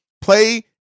play